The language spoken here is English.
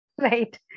right